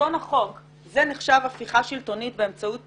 זה נחשב הפיכה שלטונית באמצעות "פקידים",